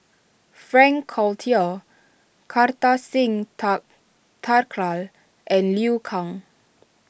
Frank Cloutier Kartar Singh Thakral and Liu Kang